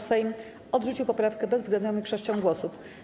Sejm odrzucił poprawkę bezwzględną większością głosów.